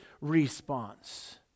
response